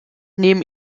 neben